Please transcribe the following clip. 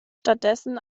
stattdessen